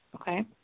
okay